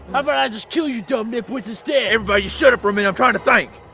about i just kill you dumb nitwits instead? everybody just shut up for a minute, i'm trying to think.